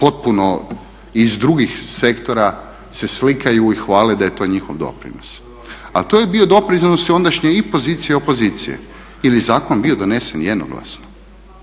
potpuno iz drugih sektora se slikaju i hvale da je to njihov doprinos, a to je bio doprinos ondašnje i pozicije i opozicije jer je zakon bio donesen jednoglasno,